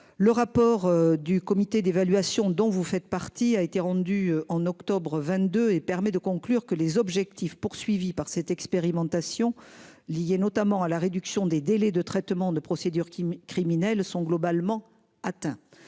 Le rapport du comité d'évaluation dont vous faites partie a été rendu en octobre 22 et permet de conclure que les objectifs poursuivis par cette expérimentation liés notamment à la réduction des délais de traitement de procédure qui criminels sont globalement atteint